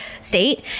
state